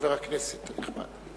חבר הכנסת הנכבד?